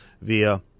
via